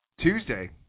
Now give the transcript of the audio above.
Tuesday